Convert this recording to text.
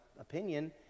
opinion